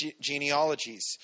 genealogies